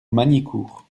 magnicourt